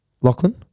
Lachlan